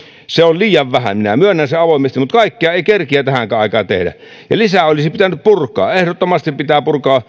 se on liian vähän minä myönnän sen avoimesti mutta kaikkea ei kerkeä tähänkään aikaan tehdä lisää olisi pitänyt purkaa ehdottomasti pitää purkaa